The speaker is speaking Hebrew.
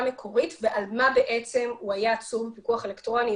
מקורית ועל מה הוא היה עצור בפיקוח אלקטרוני,